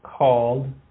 called